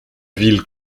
ville